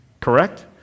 correct